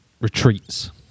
retreats